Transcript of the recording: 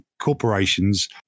corporations